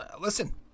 Listen